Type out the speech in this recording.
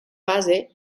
base